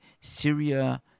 Syria